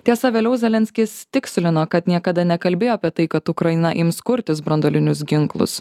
tiesa vėliau zelenskis tikslino kad niekada nekalbėjo apie tai kad ukraina ims kurtis branduolinius ginklus